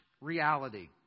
reality